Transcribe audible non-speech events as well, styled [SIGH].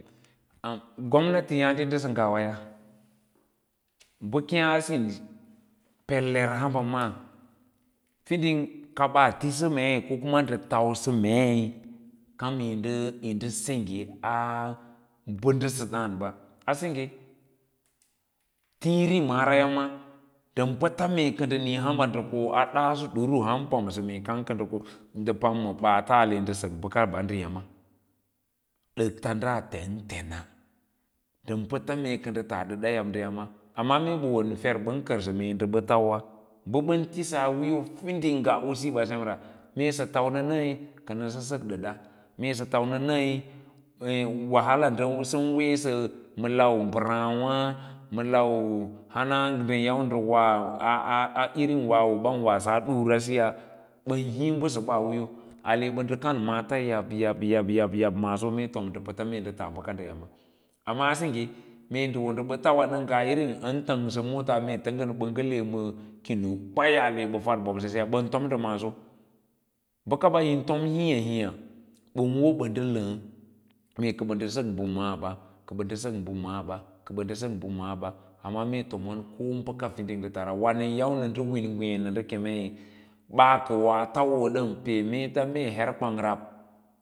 gomnati yaada ndase ngawa ba keeya sin peler hamba maa, finfing kábaa lisamei ko kuna nda tasua mei kam yi nda sengra aa ba ndəsə dəənba, a sengye tiiri maraya ma ndan pəta mee kə ndə niiya nda koa daaso duru ham pamsa mee kam ka nɗa ko ndə pam ma baats ale ndə sək bəkaba nda yâm dats ɗaa tem tema mdam pata, ee ka nda tas ɗda yan nda yma, amma mee ba won fev ɓan kərsa mee nda ban lauwa ba bən tisaa wiiyo fiding nga usiya ba sem ra, mee sa tauna nai wahala san weesa tauna nai wahala san weesa ma lau mbaraâwa malau hana ndan yau ndə wa a [HESITATION] irim wawo ban wassa durasiya bən hii basaba wiiyo ale ɓə ndə kan maats yabyeb, yab yab maaso mee tom nda pats nda tas bəkə ndə yama amma asengge mee ndə wonda ba tauwa na ngaa irim an tangsa moots mee tanggan ba ngə te ma kino kwayar ba fad bobosa siya bən tom ndə maaso baƙaba yai tom hiiya hiiya ɓən wo bə ndə laâ mee ka bə mdə sək mbə maaba kə bə ndə ndə sək mbə maab kə bə ndə sək bə maaba, kə bənda sak bə maaba amma mee tomon ko bəka fiding ndə tasra, wana yau nda win ngwee nanda kemei ba ka woa tauwo dam pee meets mee her kwang rab